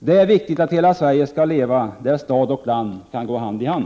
Det är viktigt att hela Sverige skallleva, där stad och land kan gå hand i hand.